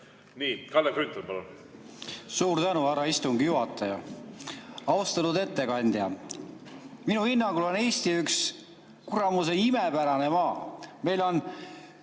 Kalle Grünthal, palun! Suur tänu, härra istungi juhataja! Austatud ettekandja! Minu hinnangul on Eesti üks kuramuse imepärane maa. Meil on